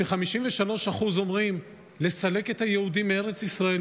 ש-53% אומרים: לסלק את היהודים מארץ ישראל,